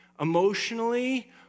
emotionally